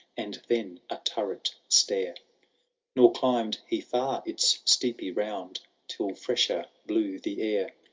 and then a turret stair nor climbed he far its steepy round till fresher blew the air.